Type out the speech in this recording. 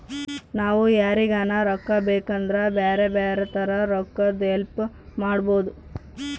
ನಾವು ಯಾರಿಗನ ರೊಕ್ಕ ಬೇಕಿದ್ರ ಬ್ಯಾರೆ ಬ್ಯಾರೆ ತರ ರೊಕ್ಕದ್ ಹೆಲ್ಪ್ ಮಾಡ್ಬೋದು